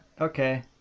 Okay